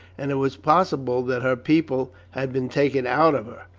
and it was possible that her people had been taken out of her,